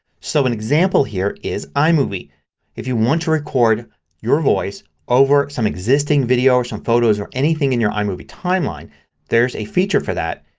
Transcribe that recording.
so an example here is imovie. if you want to record your voice over some existing video or some photos or anything in your imovie timeline there's a feature for that.